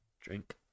Drink